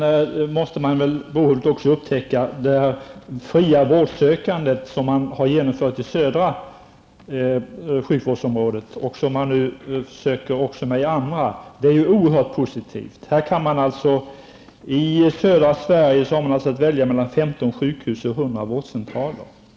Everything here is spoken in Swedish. Det fria vårdsökande som man har genomfört i södra sjukvårdsområdet och som man nu försöker att genomföra i andra delar av landet är också oerhört positivt. I södra Sverige kan man välja mellan 15 sjukhus och 100 vårdcentraler.